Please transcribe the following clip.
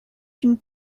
une